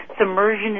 submersion